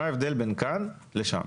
מה ההבדל בין כאן לשם?